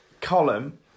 Column